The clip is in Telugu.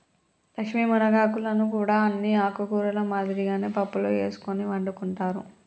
లక్ష్మీ మునగాకులను కూడా అన్ని ఆకుకూరల మాదిరిగానే పప్పులో ఎసుకొని వండుకుంటారు